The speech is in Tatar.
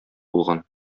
булган